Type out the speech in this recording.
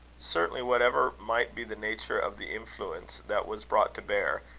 certainly, whatever might be the nature of the influence that was brought to bear,